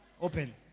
Open